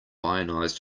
ionized